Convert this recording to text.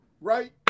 right